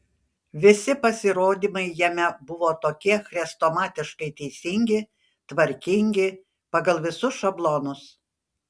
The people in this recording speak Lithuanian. visi pasirodymai jame buvo tokie chrestomatiškai teisingi tvarkingi pagal visus šablonus